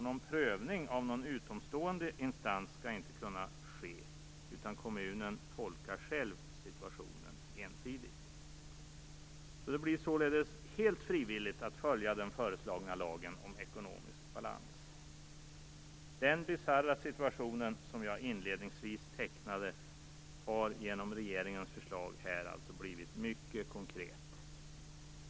Någon prövning av en utomstående instans skall inte kunna ske, utan kommunen tolkar själv situationen ensidigt. Det blir således helt frivilligt att följa den föreslagna lagen om ekonomisk balans. Den bisarra situation som jag inledningsvis tecknade har genom regeringens förslag alltså blivit mycket konkret.